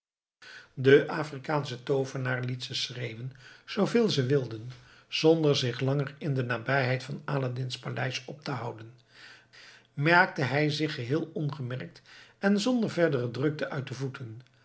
de afrikaansche toovenaar liet ze schreeuwen zooveel ze wilden zonder zich langer in de nabijheid van aladdin's paleis op te houden maakte hij zich geheel ongemerkt en zonder verdere drukte uit de voeten